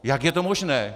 Jak je to možné?